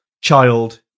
child